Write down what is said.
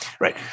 right